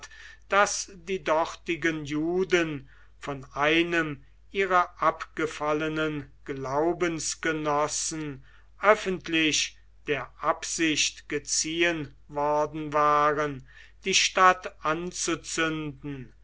daß die dortigen juden von einem ihrer abgefallenen glaubensgenossen öffentlich der absicht geziehen worden waren die stadt anzuzünden